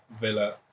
Villa